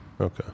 Okay